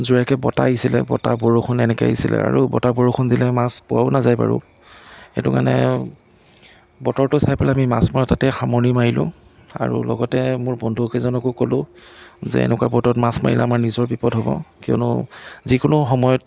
জোৰকৈ বতাহ আহিছিলে বতাহ বৰষুণ এনেকৈ আহিছিলে আৰু বতাহ বৰষুণ দিলে মাছ পোৱাও নাযায় বাৰু সেইটো কাৰণে বতৰটো চাই পেলাই আমি মাছ মৰা তাতে সামৰণি মাৰিলোঁ আৰু লগতে মোৰ বন্ধু কেইজনকো ক'লো যে এনেকুৱা বতৰত মাছ মাৰিলে আমাৰ নিজৰ বিপদ হ'ব কিয়নো যিকোনো সময়ত